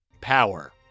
Power